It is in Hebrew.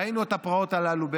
ראינו את הפרעות הללו בלוד,